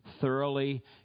thoroughly